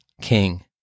King